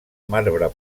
marbre